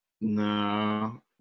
No